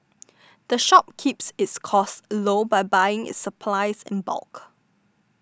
the shop keeps its costs low by buying its supplies in bulk